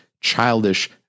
childish